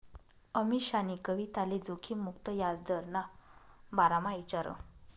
अमीशानी कविताले जोखिम मुक्त याजदरना बारामा ईचारं